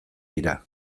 dira